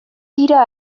dira